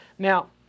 Now